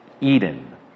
Eden